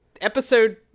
episode